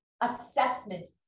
assessment